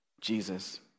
Jesus